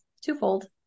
twofold